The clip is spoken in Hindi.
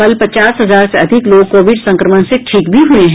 कल पचास हजार से अधिक लोग कोविड संक्रमण से ठीक भी हुए हैं